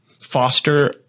foster